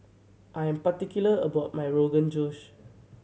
I am particular about my Rogan Josh